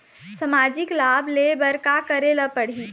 सामाजिक लाभ ले बर का करे ला पड़ही?